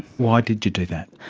why did you do that?